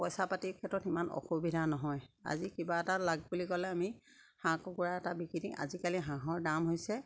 পইচা পাতিৰ ক্ষেত্ৰত ইমান অসুবিধা নহয় আজি কিবা এটা লাভ বুলি ক'লে আমি হাঁহ কুকুৰা এটা বিকি দিওঁ আজিকালি হাঁহৰ দাম হৈছে